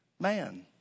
man